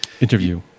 Interview